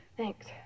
Thanks